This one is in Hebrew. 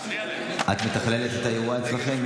את מתכללת את האירוע אצלכם,